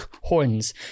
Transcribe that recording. horns